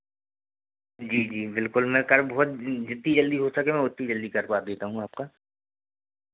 जी जी बिल्कुल मैं कर बहुत जितनी जल्दी हो सके मैं उतनी जल्दी करवा देता हूँ आपका